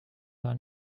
gar